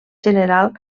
general